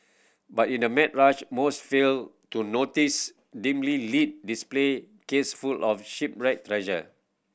but in the mad rush most fail to notice dimly lit display case full of shipwreck treasure